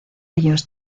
ellos